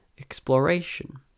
exploration